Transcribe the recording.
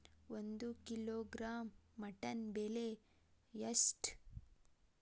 ಒಂದು kilogram mutton ಬೆಲೆ ಎಷ್ಟ್?